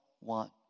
want